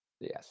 Yes